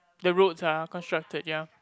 the roads are constructed ya